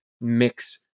mix